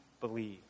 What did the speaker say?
believe